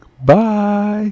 Bye